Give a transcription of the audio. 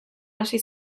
hasi